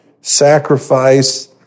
sacrifice